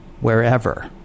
Wherever